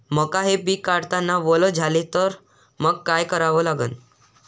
मका हे पिक काढतांना वल झाले तर मंग काय करावं लागन?